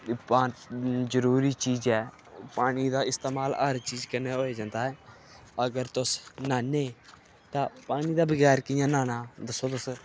पानी जरूरी चीज़ ऐ पानी दा इस्तमाल हर चीज कन्नै होऐ जंदा ऐ अगर तुस न्हानें ते पानी दे बगैर कि'यां न्हाना दस्सो तुस